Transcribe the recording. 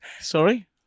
Sorry